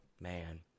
man